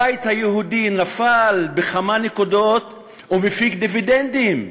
הבית היהודי נפל בכמה נקודות ומפיק דיבידנדים.